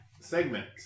Segment